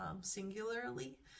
singularly